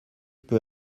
peux